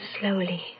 Slowly